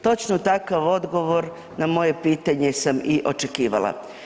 Točno takav odgovor na moje pitanje i očekivala.